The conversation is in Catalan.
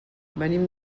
venim